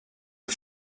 you